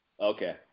Okay